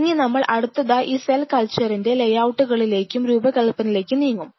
ഇനി നമ്മൾ അടുത്തതായി ഈ സെൽ കൾച്ചറിന്റെ ലേയൌട്ടുകളിലേക്കും രൂപകൽപ്പനയിലേക്കും നീങ്ങും